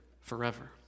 forever